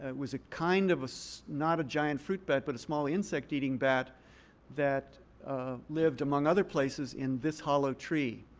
ah was a kind of so not a giant fruit bat, but a small insect-eating bat that lived, among other places, in this hollow tree.